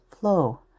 flow